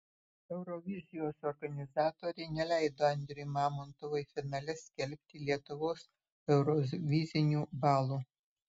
eurovizijos organizatoriai neleido andriui mamontovui finale skelbti lietuvos eurovizinių balų